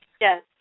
Yes